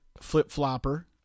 flip-flopper